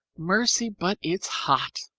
mercy! but it's hot.